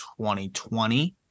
2020